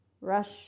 rush